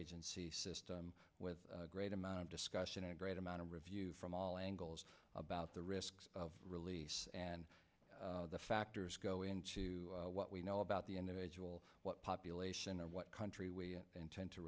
agency system with a great amount of discussion and a great amount of review from all angles about the risks of release and the factors go into what we know about the individual population or what country we intend to